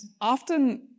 often